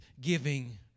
giving